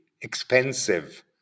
expensive